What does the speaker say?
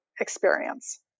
experience